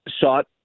shot